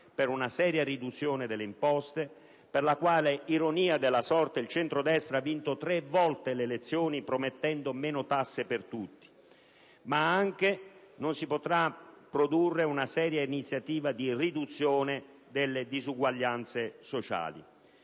per una seria riduzione delle imposte (per la quale, ironia della sorte, il centrodestra ha vinto tre elezioni promettendo meno tasse per tutti), ma anche per una seria iniziativa di riduzione delle disuguaglianze sociali.